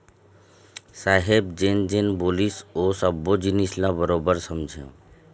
साहेब जेन जेन बोलिस ओ सब्बो जिनिस ल बरोबर समझेंव